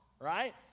right